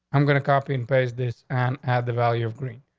i'm gonna copy and paste this on at the value of green.